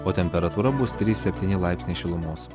o temperatūra bus trys septyni laipsniai šilumos